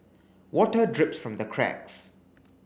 water drips from the cracks